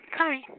Sorry